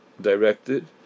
directed